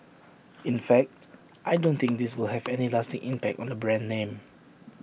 in fact I don't think this will have any lasting impact on the brand name